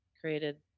Created